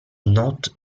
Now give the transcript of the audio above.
not